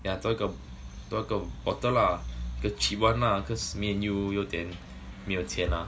yeah 多一种多一种 bottle lah the cheap one lah cause me and you 有点没有钱了 ah